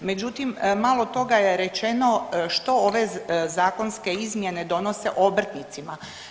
Međutim, malo toga je rečeno što ove zakonske izmjene donose obrtnicima.